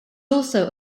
also